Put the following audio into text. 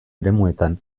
eremuetan